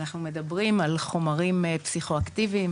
אנחנו מדברים על חומרים פסיכואקטיביים,